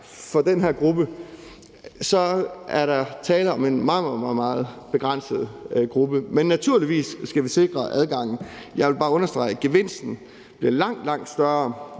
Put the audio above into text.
for den her gruppe er der tale om, at den er meget, meget begrænset. Men naturligvis skal vi sikre adgangen. Jeg vil bare understrege, at gevinsten bliver langt, langt større